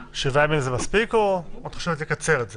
7 ימים זה מספיק, או שאת חושבת לקצר את זה?